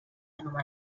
rebutjà